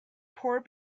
poor